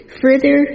further